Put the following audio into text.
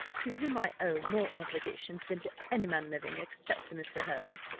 to whom i owe more obligations than to any man living, except to mr. hervey.